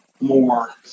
more